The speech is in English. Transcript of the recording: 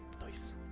Nice